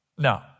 No